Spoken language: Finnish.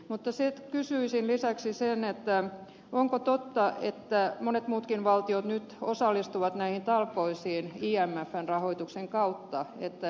mutta kysyisin lisäksi onko totta että monet muutkin valtiot nyt osallistuvat näihin talkoisiin imfn rahoituksen kautta eivät pelkästään euroalueen maat